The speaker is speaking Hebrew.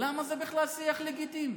ולמה זה בכלל שיח לגיטימי?